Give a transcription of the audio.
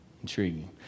Intriguing